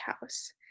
house